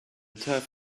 turf